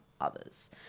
others